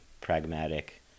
pragmatic